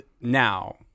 now